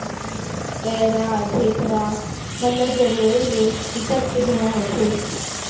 पैरा, ढेखरा मन ल जरोए ले बिकट के धुंआ होथे